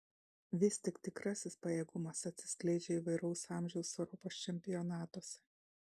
vis tik tikrasis pajėgumas atsiskleidžia įvairaus amžiaus europos čempionatuose